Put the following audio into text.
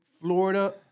Florida